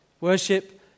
Worship